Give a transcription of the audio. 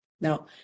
Now